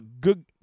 good